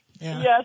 Yes